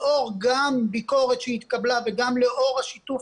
לאור גם ביקורת שהתקבלה וגם לאור שיתוף